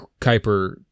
Kuiper